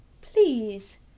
Please